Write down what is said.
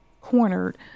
cornered